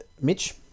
Mitch